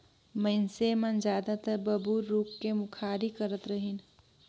मइनसे मन जादातर बबूर रूख कर मुखारी करत रहिन